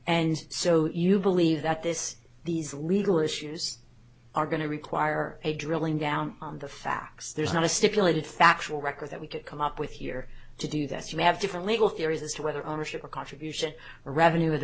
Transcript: and so you believe that this these legal issues are going to require a drilling down on the facts there's not a stipulated factual record that we could come up with here to do that you may have different legal theories as to whether ownership or contribution revenue